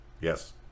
Yes